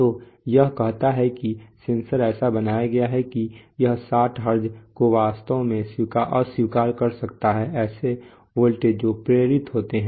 तो यह कहता है कि सेंसर ऐसा बनाया गया है कि यह 60 हर्ट्ज को वास्तव में अस्वीकार कर सकता है ऐसे वोल्टेज जो प्रेरित होते हैं